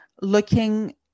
looking